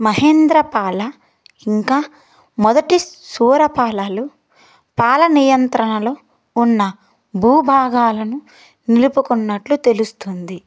మహేంద్రపాల ఇంకా మొదటి శూరపాలలు పాలా నియంత్రణలో ఉన్న భూభాగాలను నిలుపుకున్నట్లు తెలుస్తోంది